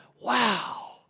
wow